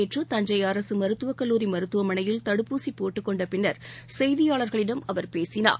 நேற்று தஞ்சைஅரசுமருத்துவக் கல்லூரி மருத்துவமனையில் தடுப்பூசிபோட்டுக் கொண்டபின்னர் செய்தியாளர்களிடம் அவர் பேசினார்